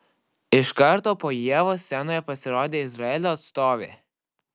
iš karto po ievos scenoje pasirodė izraelio atstovė